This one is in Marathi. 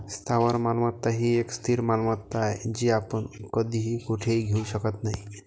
स्थावर मालमत्ता ही एक स्थिर मालमत्ता आहे, जी आपण कधीही कुठेही घेऊ शकत नाही